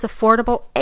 affordable